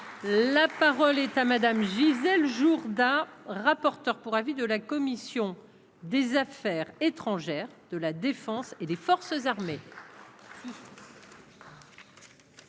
la parole est à Madame Gisèle Jourda. Rapporteur pour avis de la commission des Affaires étrangères de la Défense et des forces armées.